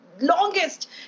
longest